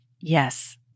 Yes